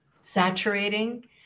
saturating